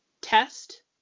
test